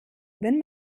wenn